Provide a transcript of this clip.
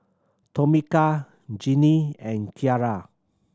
Tomika Gennie and Kiarra